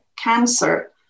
cancer